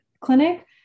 clinic